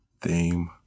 theme